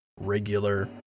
regular